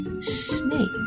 snake